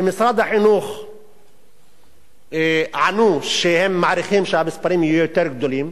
במשרד החינוך ענו שהם מעריכים שהמספרים יהיו יותר גדולים,